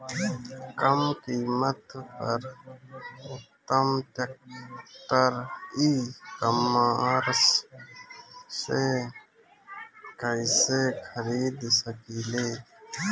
कम कीमत पर उत्तम ट्रैक्टर ई कॉमर्स से कइसे खरीद सकिले?